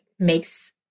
makes